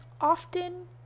often